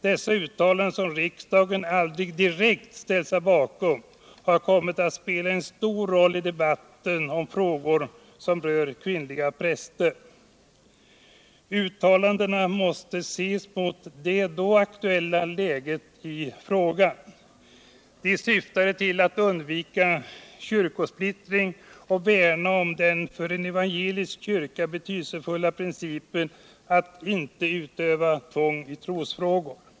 Dessa uttalanden — som riksdagen aldrig direkt ställt sig bakom — har kommit att spela en stor roll i debatten om frågor som rör kvinnliga präster. Uttalandena måste ses mot det då akuella läget i frågan. De syftade till att undvika kyrkosplittring och värna om den för en evangelisk kyrka betydelsefulla principen att inte utöva tvång i trosfrågor.